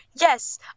yes